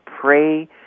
pray